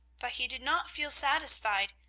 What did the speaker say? but he did not feel satisfied,